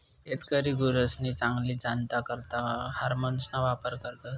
शेतकरी गुरसनी चांगली जातना करता हार्मोन्सना वापर करतस